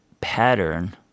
pattern